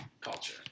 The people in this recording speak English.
culture